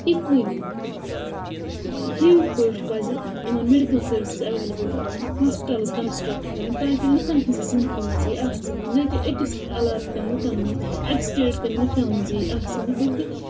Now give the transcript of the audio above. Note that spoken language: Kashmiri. اِیٖکوٕلِی ہِیٖڈ پٲٹھۍ پَزِ یِمِن میٚڈِکَل سٔروِسٕز ایوِلیبٕل تھاوٕنۍ ہاسپٕٹلٕز کنٛسٹرٛکٹ کرٕنۍ تاکہِ لُکَن ہٕنٛزِ زِنٛدگی منٛز یِیہِ آسٲیِش نہَ کہِ أکِس علاقہٕ کیٚن لُکَن منٛز اَکہِ سِٹیٹہٕ کیٚن لُکَن منٛز یِیہِ آسٲیِش بٔلکہِ